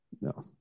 No